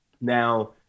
Now